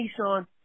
Nissan